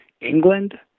England